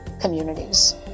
communities